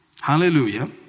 Hallelujah